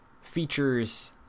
features